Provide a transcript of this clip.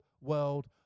world